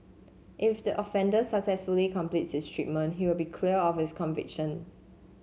if the offender successfully completes his treatment he will be cleared of his conviction